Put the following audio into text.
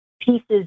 pieces